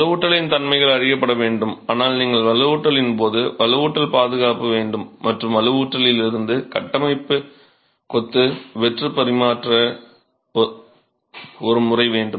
வலுவூட்டலின் தன்மைகள் அறியப்பட வேண்டும் ஆனால் நீங்கள் வலுவூட்டலின் போது வலுவூட்டல் பாதுகாப்பு வேண்டும் மற்றும் வலுவூட்டலில்லிருந்து கட்டமைப்பு கொத்து வெட்டு பரிமாற்ற ஒரு முறை வேண்டும்